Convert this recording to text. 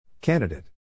candidate